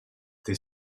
des